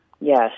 Yes